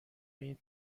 این